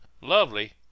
lovely